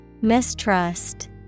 Mistrust